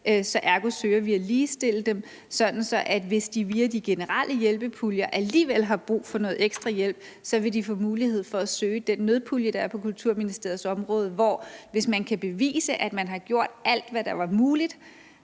så ergo søger vi at ligestille dem, sådan at de, hvis de via de generelle hjælpepuljer alligevel har brug for noget ekstra hjælp, så vil få mulighed for at søge den nødpulje, der er på Kulturministeriets område, hvor man, hvis man kan bevise, at man har gjort alt, hvad der var muligt